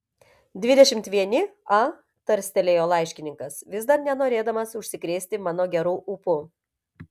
dvidešimt vieni a tarstelėjo laiškininkas vis dar nenorėdamas užsikrėsti mano geru ūpu